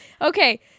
okay